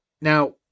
Now